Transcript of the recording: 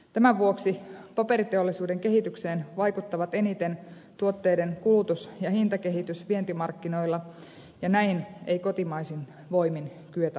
tämän vuoksi paperiteollisuuden kehitykseen vaikuttavat eniten tuotteiden kulutus ja hintakehitys vientimarkkinoilla ja näihin ei kotimaisin voimin kyetä vaikuttamaan